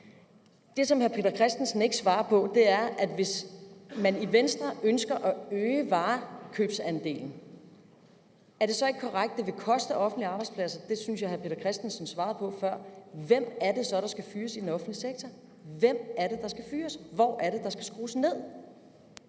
Det, som hr. Peter Christensen ikke svarer på, er: Hvis Venstre ønsker at øge andelen af varekøb, er det så ikke er korrekt, at det vil koste offentlige arbejdspladser? Det synes jeg hr. Peter Christensen svarede før, men hvem er det så, der skal fyres i den offentlige sektor? Hvor er det, der skal skrues ned?